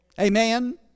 Amen